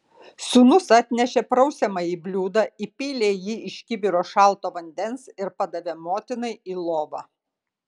sūnus atnešė prausiamąjį bliūdą įpylė į jį iš kibiro šalto vandens ir padavė motinai į lovą